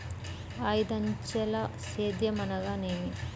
ఐదంచెల సేద్యం అనగా నేమి?